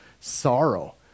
sorrow